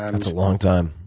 and that's a long time.